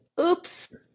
oops